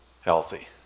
healthy